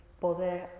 poder